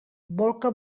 bolca